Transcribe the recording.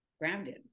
grounded